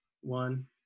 one